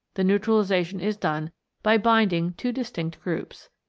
the neutralisa tion is done by binding two distinct groups.